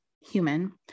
human